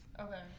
Okay